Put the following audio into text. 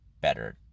better